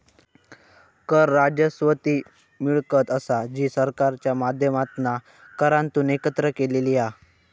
कर राजस्व ती मिळकत असा जी सरकारच्या माध्यमातना करांतून एकत्र केलेली हा